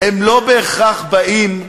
לא בהכרח באים מהווילון,